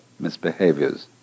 misbehaviors